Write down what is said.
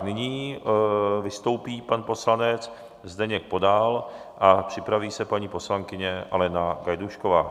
Nyní vystoupí pan poslanec Zdeněk Podal a připraví se paní poslankyně Alena Gajdůšková.